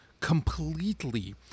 completely